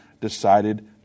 decided